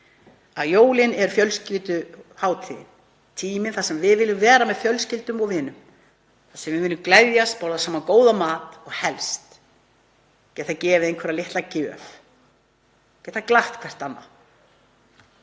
eru jólin fjölskylduhátíðin, tíminn þegar við viljum vera með fjölskyldum og vinum. Við viljum gleðjast, borða saman góðan mat og helst geta gefið einhverja litla gjöf, geta glatt hvert annað.